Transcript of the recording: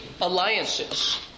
alliances